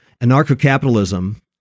anarcho-capitalism